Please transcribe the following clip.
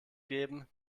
geben